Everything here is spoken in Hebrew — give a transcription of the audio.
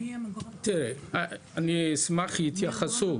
תראי, אני אשמח להתייחסות.